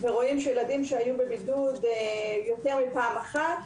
ורואים שילדים שהיו בבידוד יותר מפעם אחת,